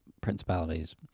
principalities